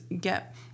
get